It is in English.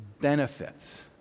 benefits